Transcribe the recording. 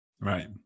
right